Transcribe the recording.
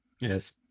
Yes